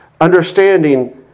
understanding